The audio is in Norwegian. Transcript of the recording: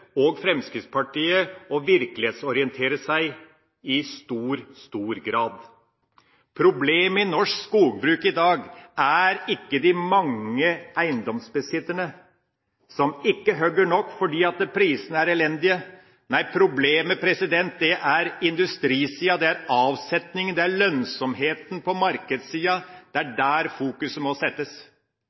og Fremskrittspartiet om å virkelighetsorientere seg i stor grad. Problemet i norsk skogbruk i dag er ikke de mange eiendomsbesitterne som ikke hugger nok fordi prisene er elendige. Nei, problemet er på industrisiden, det er avsetningen og lønnsomheten på markedssiden – det er det man må ha i fokus. Det er